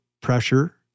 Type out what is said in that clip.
pressure